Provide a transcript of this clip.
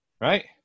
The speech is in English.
Right